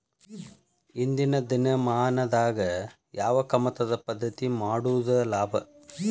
ಇಂದಿನ ದಿನಮಾನದಾಗ ಯಾವ ಕಮತದ ಪದ್ಧತಿ ಮಾಡುದ ಲಾಭ?